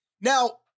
Now